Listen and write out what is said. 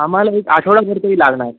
आम्हाला एक आठवडाभर तरी लागणार